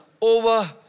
over